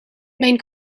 mijn